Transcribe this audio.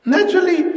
Naturally